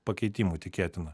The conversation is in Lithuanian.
pakeitimų tikėtina